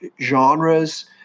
genres